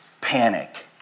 panic